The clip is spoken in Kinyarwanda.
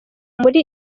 muri